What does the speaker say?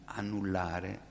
annullare